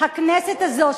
הכנסת הזו,